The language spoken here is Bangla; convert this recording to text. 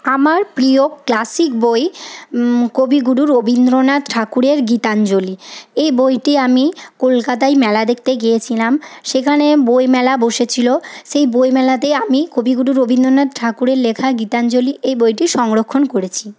আমার প্রিয় ক্লাসিক বই কবিগুরু রবীন্দ্রনাথ ঠাকুরের গীতাঞ্জলি এই বইটি আমি কলকাতায় মেলা দেখতে গিয়েছিলাম সেখানে বইমেলা বসেছিল সেই বইমেলাতে আমি কবিগুরু রবীন্দ্রনাথ ঠাকুরের লেখা গীতাঞ্জলি এই বইটি সংরক্ষণ করেছি